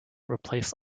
replace